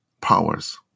powers